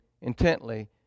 intently